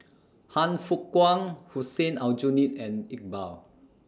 Han Fook Kwang Hussein Aljunied and Iqbal